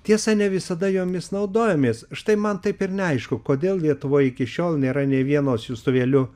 tiesa ne visada jomis naudojamės štai man taip ir neaišku kodėl lietuvoj iki šiol nėra nė vieno siųstuvėliu